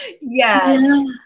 Yes